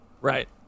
Right